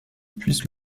puissent